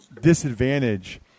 disadvantage